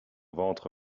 ventre